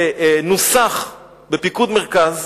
שנוסח בפיקוד מרכז,